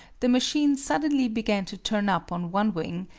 the machine suddenly began to turn up on one wing,